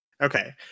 Okay